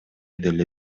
деле